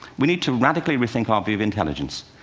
we need to radically rethink our view of intelligence.